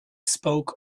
spoke